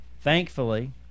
Thankfully